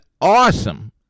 awesome